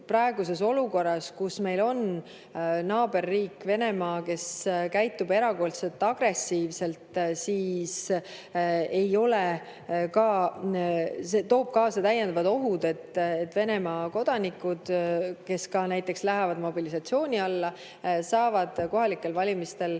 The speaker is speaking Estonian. praeguses olukorras, kus meil on naaberriik Venemaa, kes käitub erakordselt agressiivselt, toob see kaasa täiendavad ohud, et Venemaa kodanikud, kes ka näiteks lähevad mobilisatsiooni alla, saavad kohalikel valimistel